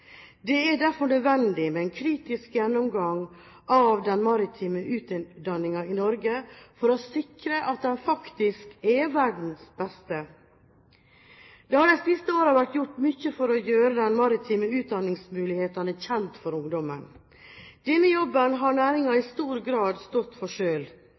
er derfor nødvendig med en kritisk gjennomgang av den maritime utdanningen i Norge for å sikre at den faktisk er verdens beste. Det har de siste årene vært gjort mye for å gjøre de maritime utdanningsmulighetene kjent for ungdommen. Denne jobben har næringen i stor grad stått for